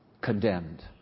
condemned